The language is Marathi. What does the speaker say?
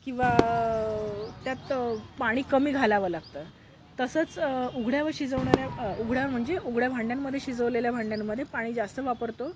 किंवा त्यात पाणी कमी घालावं लागतं तसंच उघड्यावर शिजवणाऱ्या उघड्या म्हणजे उघड्या भांड्यांमध्ये शिजवलेल्या भांड्यांमध्ये पाणी जास्त वापरतो